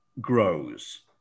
grows